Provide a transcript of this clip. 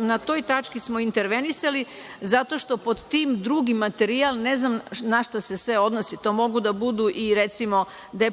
Na toj tački smo intervenisali zato što pod tim „ drugi materijal“ ne znam na šta se sve odnosi, to mogu da budu i recimo deponovane